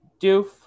Doof